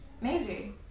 Maisie